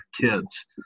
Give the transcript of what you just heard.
kids